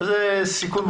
זה סיכון מחושב.